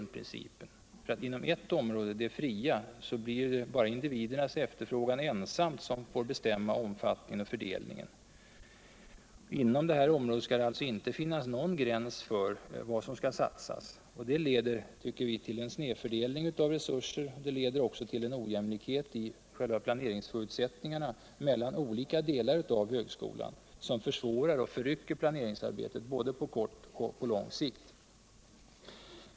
Det leder också till en ojämlikhet i själva planeringsförutsättning och forskning arna mellan olika delar av högskolan, något som försvårar och förrycker planeringsarbetet på både kort och lång sikt.